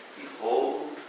Behold